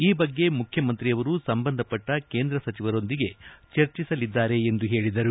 ಈ ಬಗ್ಗೆ ಮುಖ್ಯಮಂತ್ರಿಯವರು ಸಂಬಂಧಪಟ್ಟ ಕೇಂದ್ರ ಸಚಿವರೊಂದಿಗೆ ಚರ್ಚಿಸಲಿದ್ದಾರೆ ಎಂದು ಹೇಳಿದರು